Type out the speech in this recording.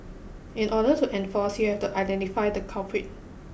in order to enforce you have to identify the culprit